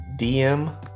DM